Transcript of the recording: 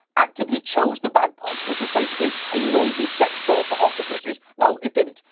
actively chose the bagpipes, which is basically a noisy sex doll for octopuses? no, it didn't.